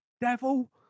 devil